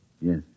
Yes